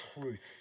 truth